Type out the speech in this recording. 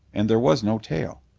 and there was no tail.